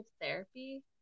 therapy